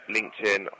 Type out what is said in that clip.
LinkedIn